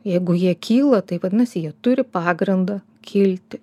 jeigu jie kyla tai vadinasi jie turi pagrindą kilti